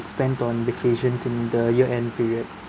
spend on vacations in the year end period